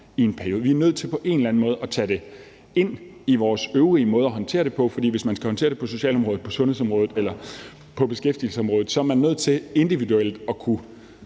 i en periode. Vi er nødt til på en eller anden måde at tage det ind i vores øvrige måde at håndtere det på, for hvis man skal håndtere det på socialområdet, på sundhedsområdet eller på beskæftigelsesområdet, er man nødt til individuelt at kunne